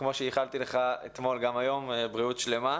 כמו שאיחלתי לך אתמול, אז גם היום בריאות שלמה.